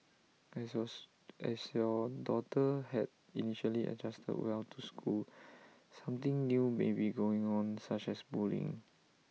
as yours as your daughter had initially adjusted well to school something new may be going on such as bullying